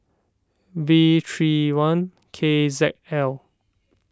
V three one K Z L